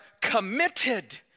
committed